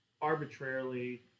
arbitrarily